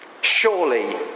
Surely